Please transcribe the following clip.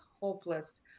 hopeless